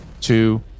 two